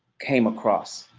came across,